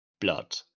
blood